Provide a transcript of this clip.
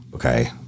Okay